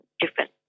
different